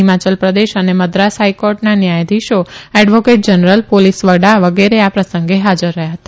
હિમાચલ પ્રદેશ અને મદ્રાસ હાઈકોર્ટના ન્યાયાધીશો એડવોકેટ જનરલ પોલીસ વડા વગેરે આ પ્રસંગે હાજર રહ્યાં હતા